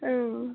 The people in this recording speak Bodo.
औ